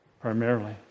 primarily